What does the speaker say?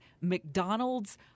McDonald's